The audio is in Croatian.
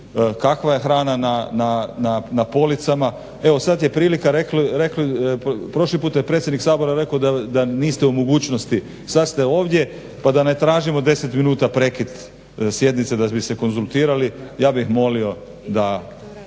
kakva je hrana na policama? Evo sad je prilika, prošli put je predsjednik Sabora rekao da niste u mogućnosti, sad ste ovdje pa da ne tražimo 10 minuta prekid sjednice da bi se konzultirali, ja bih molio da,